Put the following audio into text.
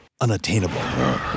unattainable